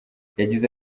yagize